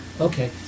Okay